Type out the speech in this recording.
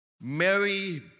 Mary